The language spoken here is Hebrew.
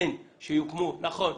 נכון,